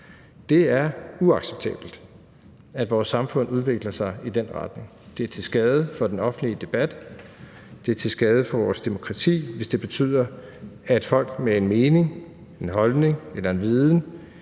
Det er uacceptabelt, at vores samfund udvikler sig i den retning. Det er til skade for den offentlige debat, og det er til skade for vores demokrati, hvis det betyder, at folk med en mening, en holdning eller en viden